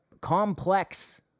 complex